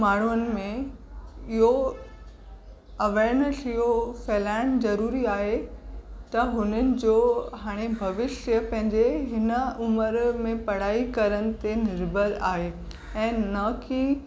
माण्हुनि में इहो अवेअरनेस इहो फैलाइणु ज़रूरी आहे त हुननि जो हाणे भविष्य पंहिंजे हिन उमिरि में पढ़ाई करण ते निर्भर आहे ऐं न की